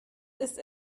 ist